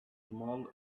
small